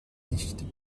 nicht